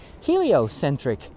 heliocentric